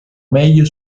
meglio